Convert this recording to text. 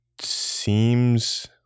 seems